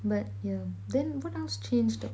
but yeah then what else changed ah